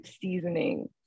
seasoning